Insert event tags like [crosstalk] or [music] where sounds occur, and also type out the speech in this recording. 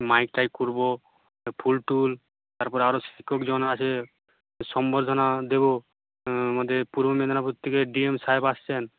mic টাইক করব [unintelligible] ফুল টুল তারপরে আরও শিক্ষক [unintelligible] আছে সংবর্ধনা দেবো আমাদের পূর্ব মেদিনীপুর থেকে ডি এম সাহেব আসছেন